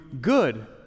good